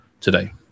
today